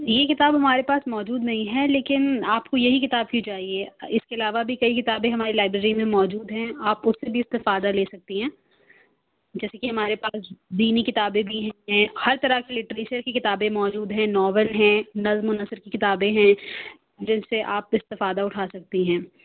یہ کتاب ہمارے پاس موجود نہیں ہے لیکن آپ کو یہی کتاب کیوں چاہیے اِس کے علاوہ بھی کئی کتابیں ہماری لائبریری میں موجود ہیں آپ اُن سے بھی استفادہ لے سکتی ہیں جیسے کہ ہمارے پاس دینی کتابیں بھی ہیں ہر طرح کی لٹریچر کی کتابیں موجود ہیں ناول ہیں نظم و نثر کی کتابیں ہیں جن سے آپ استفادہ اُٹھا سکتی ہیں